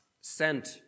sent